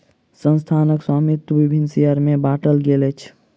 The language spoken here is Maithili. संस्थानक स्वामित्व विभिन्न शेयर में बाटल गेल अछि